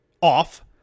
off